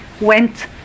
went